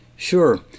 Sure